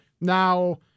Now